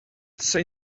say